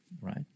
right